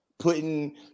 Putting